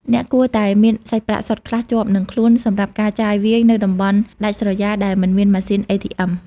អ្នកគួរតែមានសាច់ប្រាក់សុទ្ធខ្លះជាប់នឹងខ្លួនសម្រាប់ការចាយវាយនៅតំបន់ដាច់ស្រយាលដែលមិនមានម៉ាស៊ីន ATM។